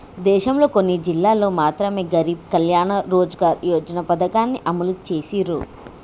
దేశంలోని కొన్ని జిల్లాల్లో మాత్రమె గరీబ్ కళ్యాణ్ రోజ్గార్ యోజన పథకాన్ని అమలు చేసిర్రు